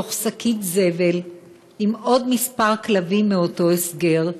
בתוך שקית זבל, עם עוד כמה כלבים מאותו הסגר,